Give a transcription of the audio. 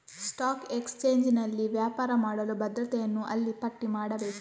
stock ಎಕ್ಸ್ಚೇಂಜಿನಲ್ಲಿ ವ್ಯಾಪಾರ ಮಾಡಲು ಭದ್ರತೆಯನ್ನು ಅಲ್ಲಿ ಪಟ್ಟಿ ಮಾಡಬೇಕು